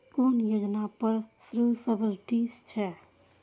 कुन योजना पर सब्सिडी छै?